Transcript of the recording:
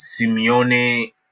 Simeone